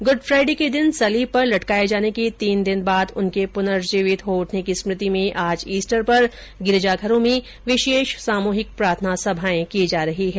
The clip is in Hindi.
गुड फ्राइडे के दिन सलीब पर लटकाये जाने के तीन दिन बाद उनके पुनर्जीवित हो उठने की स्मृति में आज ईस्टर पर गिरजाघरों में विशेष सामूहिक प्रार्थना सभाएं की जा रही हैं